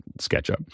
SketchUp